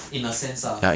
in a sense ah